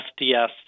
FDS